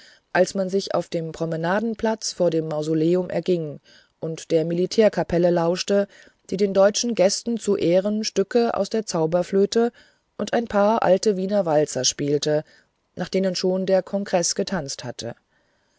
als man sich auf dem promenadenplatz vor dem mausoleum erging und der militärkapelle lauschte die den deutschen gästen zu ehren stücke aus der zauberflöte und ein paar alte wiener walzer spielte nach denen schon der kongreß getanzt hatte